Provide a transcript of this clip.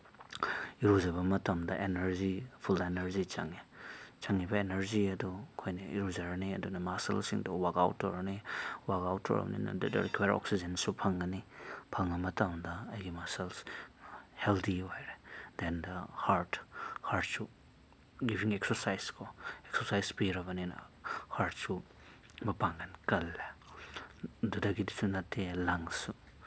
ꯏꯔꯨꯖꯕ ꯃꯇꯝꯗ energy full energy ꯆꯪꯉꯤ ꯆꯪꯉꯤ ꯑꯦꯅꯔꯖꯤ ꯑꯗꯨ ꯑꯩꯈꯣꯏꯅ ꯏꯔꯨꯖꯔꯅꯤ ꯑꯗꯨꯅ ꯃꯁꯜꯁꯤꯡꯗꯣ ꯋꯥꯛꯑꯥꯎꯠ ꯇꯧꯔꯅꯤ ꯋꯥꯛꯑꯥꯎꯠ ꯇꯧꯔꯝꯅꯤꯅ ꯑꯗꯨꯗ ꯑꯈꯣꯏꯅ ꯑꯣꯛꯁꯤꯖꯦꯟꯁꯨ ꯐꯪꯉꯅꯤ ꯐꯪꯉ ꯃꯇꯝꯗ ꯑꯩꯒꯤ ꯃꯁꯜꯁ ꯍꯦꯜꯗꯤ ꯑꯣꯏꯔꯦ ꯗꯦꯟ ꯗ ꯍꯔꯠ ꯍꯔꯠꯁꯨ ꯒꯤꯕꯤꯡ ꯑꯦꯛꯖꯔꯁꯥꯏꯁꯀꯣ ꯑꯦꯛꯁꯔꯁꯥꯏꯁ ꯄꯤꯔꯕꯅꯤꯅ ꯍꯔꯠꯁꯨ ꯃꯄꯥꯡꯒꯜ ꯀꯜꯂꯦ ꯑꯗꯨꯗꯒꯤꯁꯨ ꯅꯠꯇꯦ ꯂꯪꯁꯁꯨ